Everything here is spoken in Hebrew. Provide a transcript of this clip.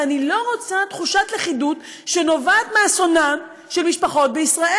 ואני לא רוצה תחושת לכידות שנובעת מאסונן של משפחות בישראל.